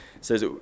says